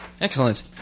Excellent